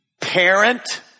Parent